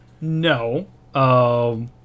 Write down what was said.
No